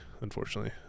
unfortunately